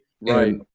right